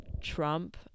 Trump